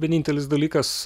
vienintelis dalykas